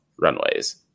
runways